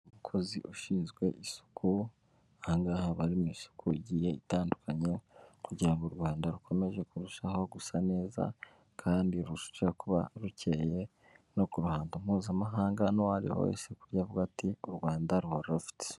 Umukozi ushinzwe isuku ahangaha aba ari bari mu isuku igiye itandukanye kugira ngo u Rwanda rukomeze kurushaho gusa neza kandi rurushijeho kuba rukeye no ku ruhando mpuzamahanga n'uwareba wese kuburyo yavuga ati "u Rwanda ruba rufite isuku".